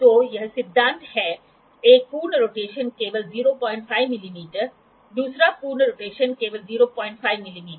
तो यह सिद्धांत है एक पूर्ण रोटेशन केवल 05 मिमी दूसरा पूर्ण रोटेशन केवल 05 मिमी